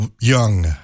Young